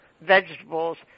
vegetables